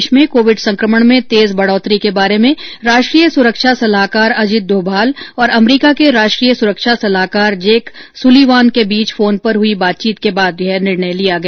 देश में कोविड संक्रमण में तेज बढोतरी के बारे में राष्ट्रीय सुरक्षा सलाहकार अजित डोभाल और अमरीका के राष्ट्रीय सुरक्षा सलाहकार जेक सुलिवान के बीच फोन पर हुई बातचीत के बाद यह निर्णय लिया गया